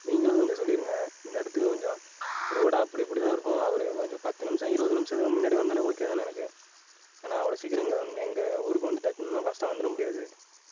நீங்களும் கொஞ்சம் சொல்லிடுங்க இந்த இடத்துக்கு கொஞ்சம் ரோடு அப்படி இப்படிதான் இருக்கும் அவர் கொஞ்சம் பத்து நிமிஷம் இருபது நிமிஷத்துக்கு முன்னாடி வந்தாலே ஓகேதாண்ணே எனக்கு ஏனால் அவ்வளோ சீக்கிரம் இங்கே வந்து எங்கள் ஊருக்கு வந்து டக்குனுலாம் ஃபாஸ்ட்டாக வந்துட முடியாது